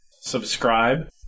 Subscribe